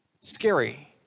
Scary